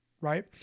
Right